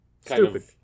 Stupid